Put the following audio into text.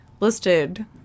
listed